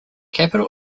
capital